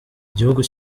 igihugu